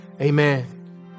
amen